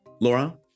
Laura